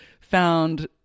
found